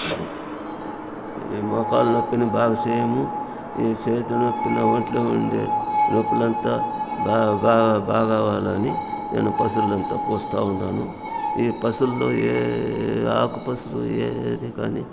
ఈ మోకాళ్ళ నొప్పిని బాగుచేయుము ఈ చేతుల నొప్పిని నా ఒంట్లో ఉండే నొప్పులు అంతా బాగా బాగా అవ్వాలని నేను పసర్లు అంతా పూస్తూ ఉన్నాను ఏ పసర్లో ఏ ఆకు పసరు ఏ ఏది కానీ